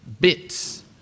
bits